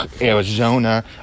Arizona